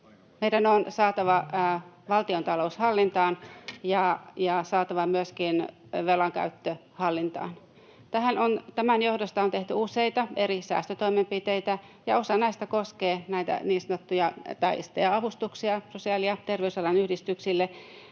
Meidän on saatava valtiontalous hallintaan ja saatava myöskin velankäyttö hallintaan. Tämän johdosta on tehty useita eri säästötoimenpiteitä, ja osa näistä koskee näitä niin sanottuja STEA-avustuksia sosiaali- ja terveysalan yhdistyksille.